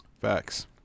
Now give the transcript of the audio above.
Facts